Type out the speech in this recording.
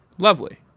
Lovely